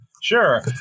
Sure